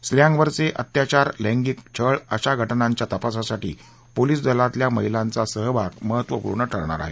स्त्रीयांवरचे अत्याचार लैंगिक छळ अशा घटनांच्या तपासासाठी पोलिस दलातल्या महिलांचा सहभाग महत्त्वपूर्ण ठरणार आहे